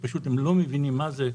שפשוט הם לא מבינים מה זה.